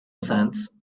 sense